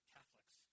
Catholics